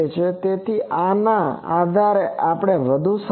તેથી આના આધારે પણ વધુ સમાન છે